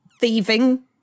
thieving